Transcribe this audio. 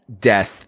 death